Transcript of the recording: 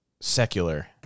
secular